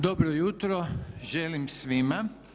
Dobro jutro želim svima.